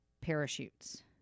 parachutes